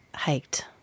hiked